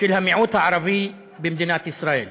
של המיעוט הערבי במדינת ישראל.